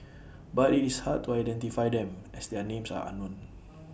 but IT is hard to identify them as their names are unknown